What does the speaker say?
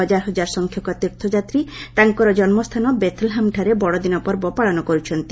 ହଜାର ହଜାର ସଂଖ୍ୟକ ତୀର୍ଥ ଯାତ୍ରୀ ତାଙ୍କର ଜନ୍ମସ୍ଥାନ ବେଥଲହେମ୍ ଠାରେ ବଡ଼ଦିନ ପର୍ବ ପାଳନ କରୁଛନ୍ତି